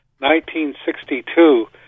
1962